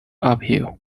uphill